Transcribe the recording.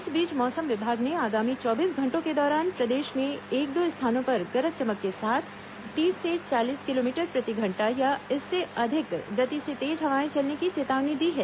इस बीच मौसम विभाग ने आगामी चौबीस घंटों के दौरान प्रदेश में एक दो स्थानों पर गरज चमक के साथ तीस से चालीस किलोमीटर प्रतिघंटा या इससे अधिक गति से तेज हवाएं चलने की चेतावनी दी है